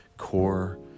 core